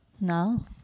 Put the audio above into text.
No